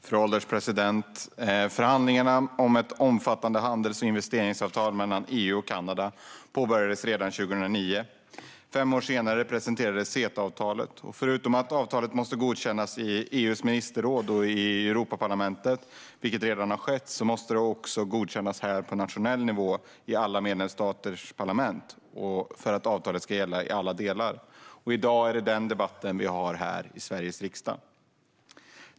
Fru ålderspresident! Förhandlingarna om ett omfattande handels och investeringsavtal mellan EU och Kanada påbörjades redan 2009. Fem år senare presenterades CETA-avtalet. Förutom att avtalet måste godkännas i EU:s ministerråd och i EU-parlamentet, vilket redan har skett, måste det också godkännas på nationell nivå i alla medlemsstaternas parlament för att avtalet ska gälla i alla delar. I dag är det den debatten vi har i Sveriges riksdag.